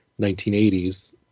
1980s